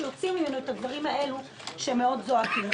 שיוציאו ממנו את הדברים האלה שהם מאד זועקים.